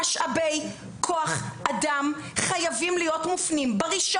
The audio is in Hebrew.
משאבי כוח אדם חייבים להיות מופנים ב-1